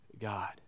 God